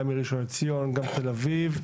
גם מראשון לציון ותל אביב,